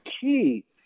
key